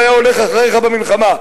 לא היה הולך אחריך במלחמה,